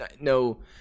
no